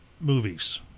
movies